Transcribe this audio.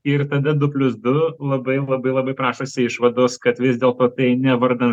ir tada du plius du labai labai labai prašosi išvados kad vis dėlto tai ne vardan